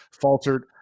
faltered